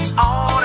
on